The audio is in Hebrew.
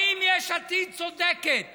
אם יש עתיד צודקת